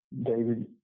David